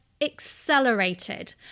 accelerated